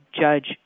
judge